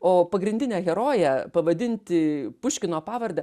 o pagrindinę heroję pavadinti puškino pavarde